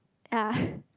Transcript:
yea